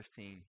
15